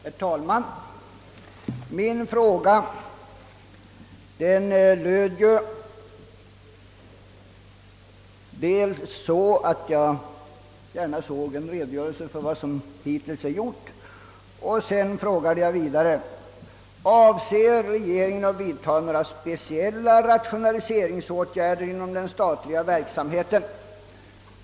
Herr talman! I min interpellation framhöll jag ju att jag gärna såge en redogörelse för vad som hittills gjorts på ifrågavarande område. Sedan ställde jag frågan: Avser regeringen att vidtaga några speciella rationaliseringsåtgärder inom den statliga verksamheten?